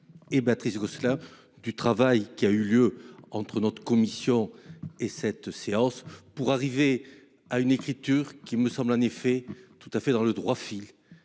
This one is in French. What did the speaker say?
Et Patrice Gosselin du travail qui a eu lieu entre notre commission et cette séance pour arriver à une écriture qui me semble en effet tout à fait dans le droit fil